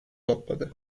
topladı